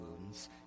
wounds